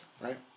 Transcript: right